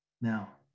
now